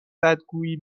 بدگویی